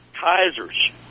Kaiser's